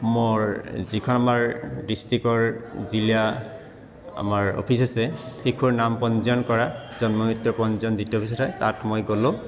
মোৰ যিখন আমাৰ ডিষ্ট্ৰিক্টৰ জিলা আমাৰ অফিচ আছে শিশুৰ নাম পঞ্জীয়ন কৰা জন্ম মৃত্যু পঞ্জীয়ন যিটো অফিচত হয় তাত মই গ'লোঁ